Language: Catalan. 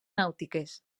nàutiques